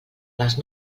les